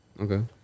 Okay